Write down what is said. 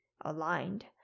aligned